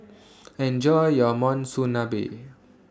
Enjoy your Monsunabe